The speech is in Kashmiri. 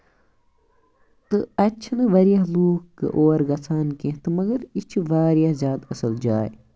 تہٕ اَتہِ چھِنہٕ واریاہ لوٗکھ اور گژھان کیٚنہہ تہٕ مَگر یہِ چھِ واریاہ زیادٕ اَصٕل جاے